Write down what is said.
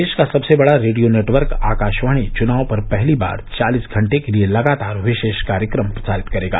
देश का सबसे बड़ा रेडियो नेटवर्क आकाशवाणी चुनाव पर पहली बार चालिस घंटे के लिए लगातार विशेष कार्यक्रम प्रसारित करेगा